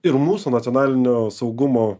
ir mūsų nacionalinio saugumo